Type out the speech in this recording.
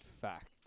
fact